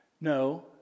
No